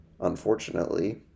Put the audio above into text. unfortunately